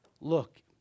Look